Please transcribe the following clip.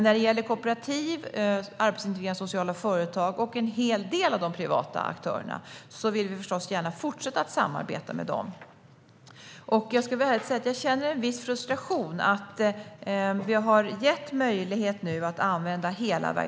När det gäller kooperativ, arbetsintegrerande sociala företag och en hel del av de privata aktörerna vill vi förstås gärna fortsätta att samarbeta med dem. Jag ska väl ärligt säga att jag känner en viss frustration. Vi har nu gett möjlighet att använda hela verktygslådan.